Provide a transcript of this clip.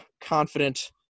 confident